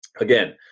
again